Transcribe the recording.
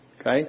Okay